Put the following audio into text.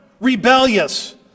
rebellious